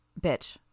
Bitch